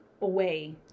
Away